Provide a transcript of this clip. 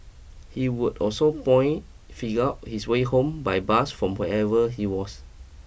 he would also point figure out his way home by bus from wherever he was